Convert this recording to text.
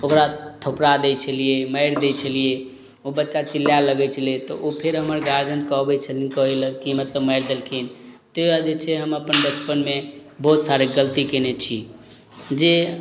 ओकरा थपड़ा दै छलियै मारि दै छलियै ओ बच्चा चिल्लाय लगय छलै तऽ ओ फेर हमर गार्जियन कहबय छली कहय लए की मतलब मारि देलखिन तै बाद जे छै हम अपन बचपनमे बहुत सारा गलती केने छी जे